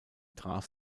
traf